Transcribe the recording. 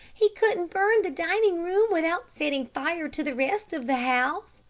he couldn't burn the dining-room without setting fire to the rest of the house.